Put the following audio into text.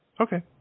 Okay